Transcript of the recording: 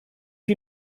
you